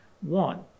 One